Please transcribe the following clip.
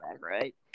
right